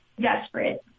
desperate